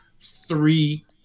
three